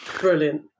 brilliant